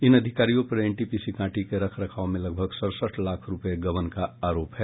इन अधिकारियों पर एनटीपीसी कांटी के रखरखाव में लगभग सड़सठ लाख रूपये गबन का आरोप है